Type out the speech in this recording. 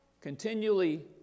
continually